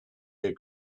you